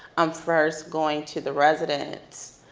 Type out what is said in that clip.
i'm first going to the residents.